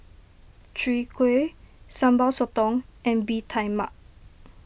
Chwee Kueh Sambal Sotong and Bee Tai Mak